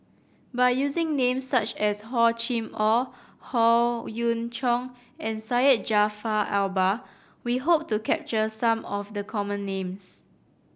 by using names such as Hor Chim Or Howe Yoon Chong and Syed Jaafar Albar we hope to capture some of the common names